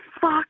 fuck